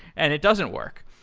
and it doesn't work.